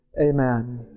amen